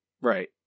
Right